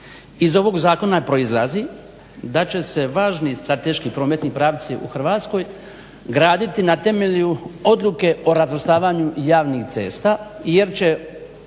iz ovog zakona proizlazi da će se važni strateški prometni pravci u Hrvatskoj graditi na temelju odluke o razvrstavanju javnih cesta jer će